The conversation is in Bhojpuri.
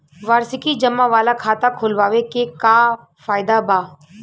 वार्षिकी जमा वाला खाता खोलवावे के का फायदा बा?